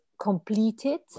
completed